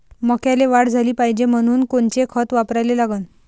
मक्याले वाढ झाली पाहिजे म्हनून कोनचे खतं वापराले लागन?